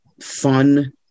fun